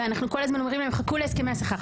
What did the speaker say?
ואנחנו כל הזמן אומרים להם "חכו להסכמי השכר,